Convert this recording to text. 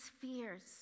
fears